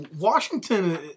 Washington